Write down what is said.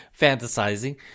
fantasizing